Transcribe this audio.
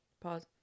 Pause